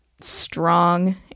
strong